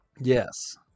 Yes